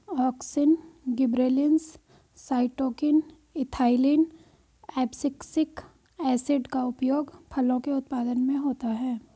auxin, gibberellins, cytokinin, ethylene, abscisic acid का उपयोग फलों के उत्पादन में होता है